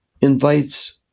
invites